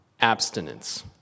abstinence